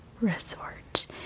resort